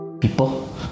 people